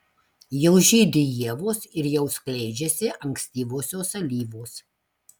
jau žydi ievos ir jau skleidžiasi ankstyvosios alyvos